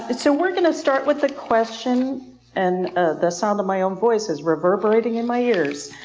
but so we're going to start with a question and the sound of my own voice is reverberating in my ears.